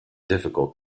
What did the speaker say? difficult